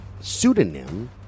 pseudonym